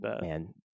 Man